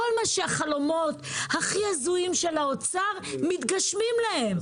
כל החלומות הכי הזויים של האוצר מתגשמים להם.